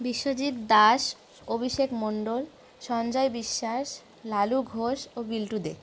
বিশ্বজিৎ দাস অভিষেক মণ্ডল সঞ্জয় বিশ্বাস লালু ঘোষ ও বিল্টু দে